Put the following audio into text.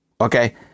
okay